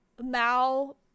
Mao